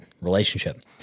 relationship